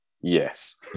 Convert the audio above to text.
yes